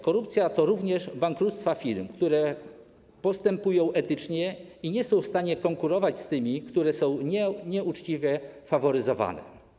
Korupcja to również bankructwa firm, które postępują etycznie i nie są w stanie konkurować z tymi, które są nieuczciwie faworyzowane.